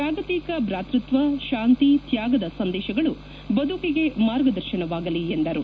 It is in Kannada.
ಜಾಗತಿಕ ಭ್ರಾತೃತ್ವ ಶಾಂತಿ ತ್ಯಾಗದ ಸಂದೇಶಗಳು ಬದುಕಿಗೆ ಮಾರ್ಗದರ್ಶನವಾಗಲಿ ಎಂದರು